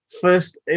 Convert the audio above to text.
first